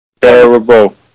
Terrible